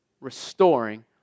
Restoring